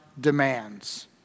demands